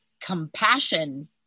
compassion